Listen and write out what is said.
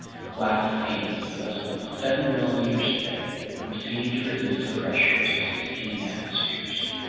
glass panes less than seven millimeters thick were seen to resist a pressure of sixteen atmospheres,